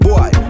Boy